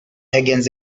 higgins